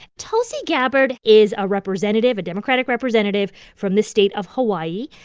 tulsi gabbard is a representative, a democratic representative, from the state of hawaii.